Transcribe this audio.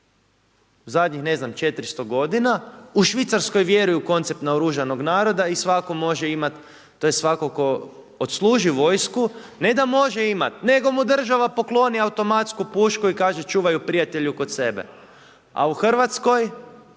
zadnjih ne znam, 400 godina u Švicarskoj vjeruju koncept naoružanog naroda i svatko može imati tj. svatko tko odsluži vojsku ne da može imati nego mu država pokloni automatsku pušku i kaže – čuvaj ju prijatelju kod sebe. A u Hrvatskoj